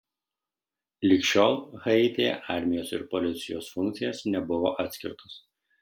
lig šiol haityje armijos ir policijos funkcijos nebuvo atskirtos